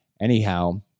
Anyhow